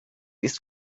ist